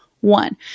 one